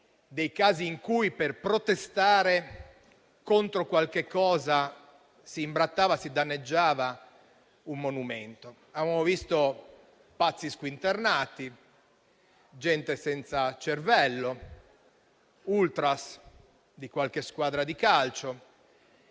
casi in cui per protestare contro qualcosa, si imbrattava o si danneggiava un monumento. Abbiamo visto pazzi squinternati, gente senza cervello, ultras di qualche squadra di calcio,